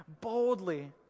boldly